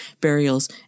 burials